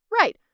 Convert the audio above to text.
Right